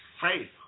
faith